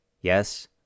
Yes